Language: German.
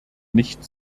nicht